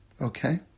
Okay